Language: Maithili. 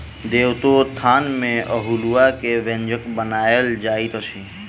देवोत्थान में अल्हुआ के व्यंजन बनायल जाइत अछि